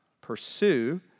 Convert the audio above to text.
pursue